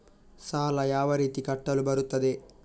ಸಾಲ ಯಾವ ರೀತಿ ಕಟ್ಟಲು ಬರುತ್ತದೆ?